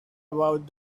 about